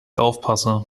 aufpasse